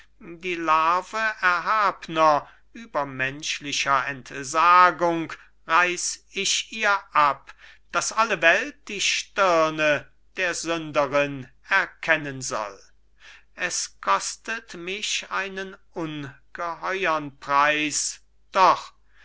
die larve erhabner übermenschlicher entsagung reiß ich ihr ab daß alle welt die stirne der sünderin erkennen soll es kostet mir einen ungeheuren preis doch